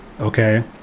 Okay